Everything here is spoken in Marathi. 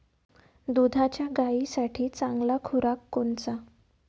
दुधाच्या गायीसाठी चांगला खुराक कोनचा?